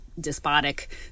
despotic